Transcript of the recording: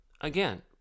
Again